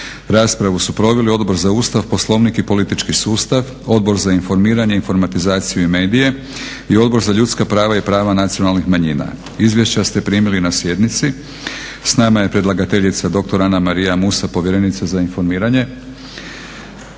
Raspravu su proveli Odbor za Ustav, Poslovnik i politički sustav, Odbor za informiranje, informatizaciju i medije i Odbor za ljudska prava i prava nacionalnih manjina. Izvješća ste primili na sjednici. S nama je predlagateljica dr. Anamarija Musa, povjerenica za informiranje.